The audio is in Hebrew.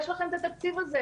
יש לכם את התקציב הזה,